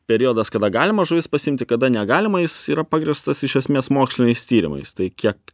periodas kada galima žuvis pasiimti kada negalima jis yra pagrįstas iš esmės moksliniais tyrimais tai kiek